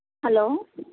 hello